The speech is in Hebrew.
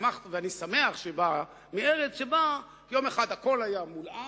ואני שמח שבאה, מארץ שבה יום אחד הכול היה מולאם,